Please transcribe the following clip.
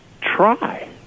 try